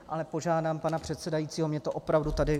Ale požádám pana předsedajícího, mě to opravdu tady...